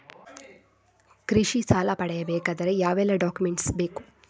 ಕೃಷಿ ಸಾಲ ಪಡೆಯಬೇಕಾದರೆ ಯಾವೆಲ್ಲ ಡಾಕ್ಯುಮೆಂಟ್ ಬೇಕು?